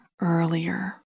earlier